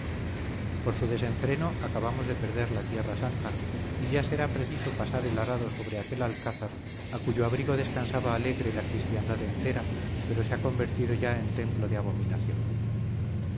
por su desenfreno acabamos de perder la tierra santa y ya será preciso pasar el arado sobre aquel alcázar a cuyo abrigo descansaba alegre la cristiandad entera pero se ha convertido ya en templo de abominación